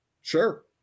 Sure